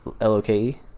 L-O-K-E